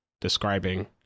describing